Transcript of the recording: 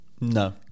No